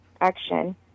Action